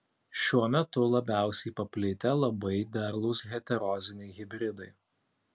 šiuo metu labiausiai paplitę labai derlūs heteroziniai hibridai